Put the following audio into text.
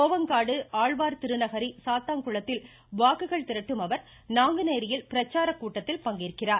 கோவங்காடு ஆழ்வார் திருநகரி சாத்தான்குளத்தில் வாக்குகள் திரட்டும் அவர் நாங்குநேரியில் பிரச்சாரக் கூட்டத்தில் பங்கேற்கிறார்